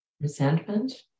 resentment